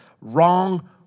wrong